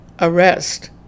arrest